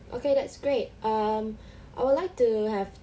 okay that's great um I would like to have